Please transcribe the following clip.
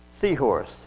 seahorse